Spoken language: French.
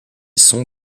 sont